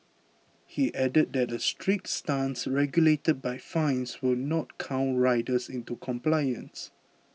he added that a strict stance regulated by fines will not cow riders into compliance